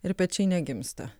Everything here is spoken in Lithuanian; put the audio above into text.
ir pečiai negimsta